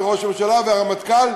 וראש הממשלה, והרמטכ"ל?